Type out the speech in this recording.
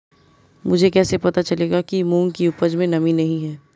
मुझे कैसे पता चलेगा कि मूंग की उपज में नमी नहीं है?